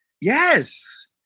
Yes